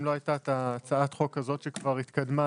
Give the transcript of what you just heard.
אם לא הייתה הצעת החוק הזו שכבר התקדמה,